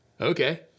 Okay